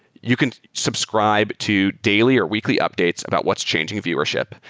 you can subscribe to daily or weekly updates about what's changing a viewership,